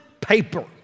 paper